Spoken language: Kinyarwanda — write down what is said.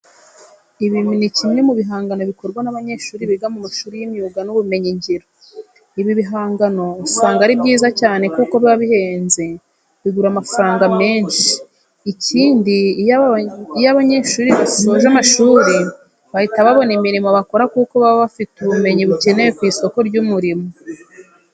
Iki ni kimwe mu bihangano bikorwa n'abanyeshuri biga mu mashuri y'imyuga n'ubumenyingiro. Ibi bigangano usanga ari byiza cyane kuko biba bihenze bigura amafaranga menshi. Ikindi iyo aba banyeshuri basoje amashuri bahita babona imirimo bakora kuko baba bafite ubumenyi bukenewe ku isoko ry'umurimo.